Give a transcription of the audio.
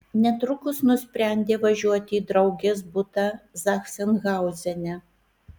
netrukus nusprendė važiuoti į draugės butą zachsenhauzene